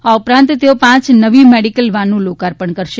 આ ઉપરાંત તેઓ પાંચ નવી મેડિકલ વાનનું લોકાર્પણ કરશે